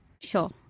Sure